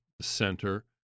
center